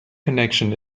connection